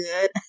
good